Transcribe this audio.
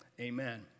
amen